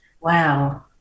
Wow